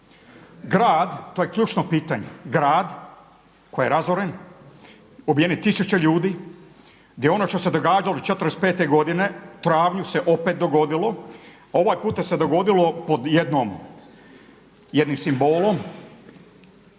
Grad, to je ključno pitanje, grad koji je razoren, ubijene tisuće ljudi, gdje ono što se događalo 45 godine u travnju se opet dogodilo, ovaj puta se dogodilo pod jednim simbolom